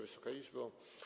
Wysoka Izbo!